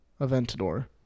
Aventador